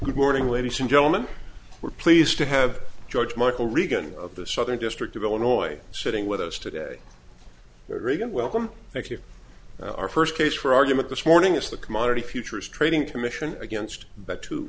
good morning ladies and gentlemen we're pleased to have george michael reagan of the southern district of illinois sitting with us today reagan welcome thank you our first case for argument this morning is the commodity futures trading commission against